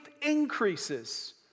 increases